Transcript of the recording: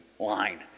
Line